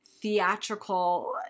theatrical